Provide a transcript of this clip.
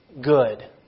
good